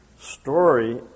story